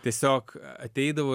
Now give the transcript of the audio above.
tiesiog ateidavo